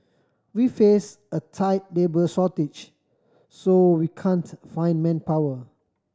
we face a tight labour shortage so we can't find manpower